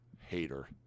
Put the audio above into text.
hater